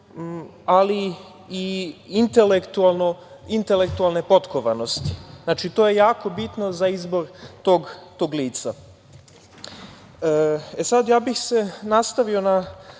ali i intelektualne potkovanosti. Znači, to je jako bitno za izbor tog lica. Ja bih se nastavio na